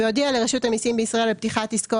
והודיע לרשות המסים בישראל על פתיחת עסקו